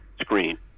screen